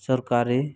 ᱥᱚᱨᱠᱟᱨᱤ